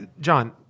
John